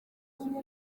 kuko